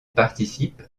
participe